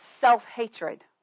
self-hatred